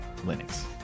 Linux